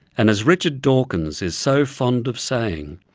and, as richard dawkins is so fond of saying,